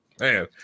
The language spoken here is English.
Man